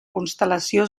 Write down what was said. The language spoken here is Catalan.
constel·lació